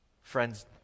Friends